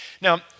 Now